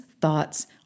thoughts